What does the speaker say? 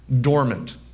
dormant